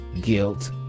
guilt